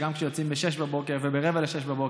וגם כשיוצאים ב-06:00 וב-05:45,